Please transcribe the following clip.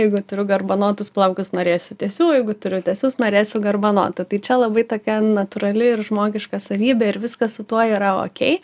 jeigu turiu garbanotus plaukus norėsiu tiesių jeigu turiu tiesius norėsiu garbanotų tai čia labai tokia natūrali ir žmogiška savybė ir viskas su tuo yra okei